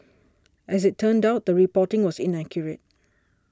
as it turned out the reporting was inaccurate